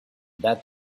that